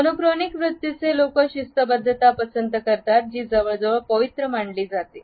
monochronic वृत्तीचे लोक शिस्तबद्धता पसंत करतात जी जवळजवळ पवित्र मानली जातात